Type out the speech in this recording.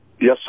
Yes